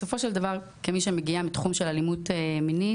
בסופו של דבר כמי שמגיעה מתחום של אלימות מינית,